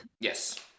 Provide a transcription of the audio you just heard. Yes